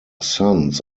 sons